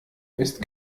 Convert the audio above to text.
ist